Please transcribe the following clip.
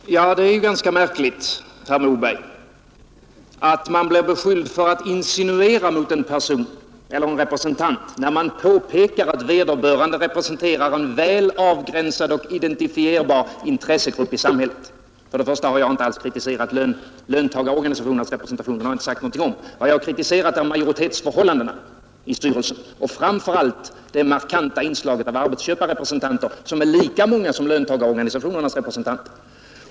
Herr talman! Det är ganska märkligt, herr Moberg, att man blir beskylld för att insinuera mot en person eller en representant, när man påpekar att vederbörande representerar en väl avgränsad och identifierbar intressegrupp i samhället. För övrigt har jag inte alls kritiserat löntagarorganisationernas representation. Jag har inte sagt någonting alls om den. Vad jag kritiserat är majoritetsförhållandena i styrelsen och framför allt det markanta inslaget av arbetsköparrepresentanter, vilka är lika många som löntagarorganisationernas representanter.